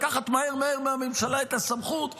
לקחת מהר מהר מהממשלה את הסמכות שהיא,